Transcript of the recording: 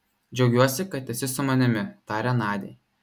džiaugiuosi kad esi su manimi tarė nadiai